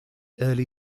early